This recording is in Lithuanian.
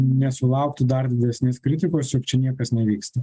nesulauktų dar didesnės kritikos jog čia niekas nevyksta